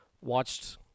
watched